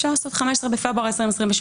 אפשר לשים 15 בפברואר 2028,